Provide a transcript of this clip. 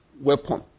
weapon